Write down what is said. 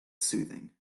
soothing